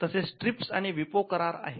तसेच ट्रिप्स आणि विपो करार आहेत